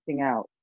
out